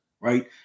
right